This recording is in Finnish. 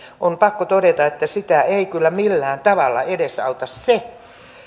on pakko todeta että sitä ei kyllä millään tavalla edesauta se